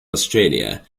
australia